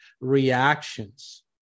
reactions